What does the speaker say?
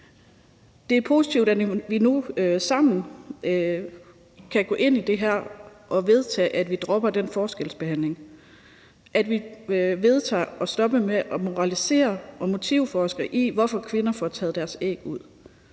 Det er positivt, at vi nu sammen kan gå ind i det her og vedtage, at vi dropper den forskelsbehandling; at vi vedtager at stoppe med at moralisere over og motivforske i, hvorfor kvinder får taget deres æg ud.